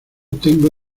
tengo